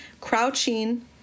crouching